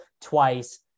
twice